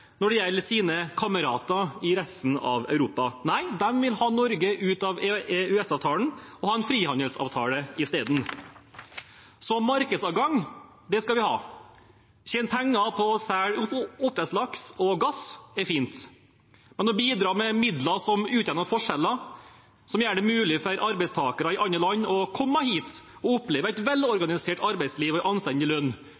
når det gjelder deres kamerater i resten av Europa. De vil ha Norge ut av EØS-avtalen og ha en frihandelsavtale isteden. Så markedsadgang, det skal vi ha, å tjene penger på å selge oppdrettslaks og gass er fint, men å bidra med midler som utjevner forskjeller, som gjør det mulig for arbeidstakere i andre land å komme hit og oppleve et